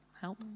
help